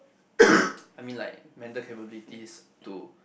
I mean like mental capabilities to